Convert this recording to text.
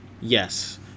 Yes